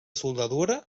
soldadura